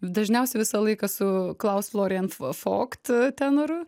dažniausiai visą laiką su klaus florient f fokt tenoru